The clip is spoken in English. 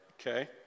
Okay